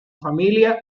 familia